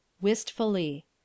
wistfully